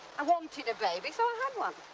i wanted a baby, so i had one.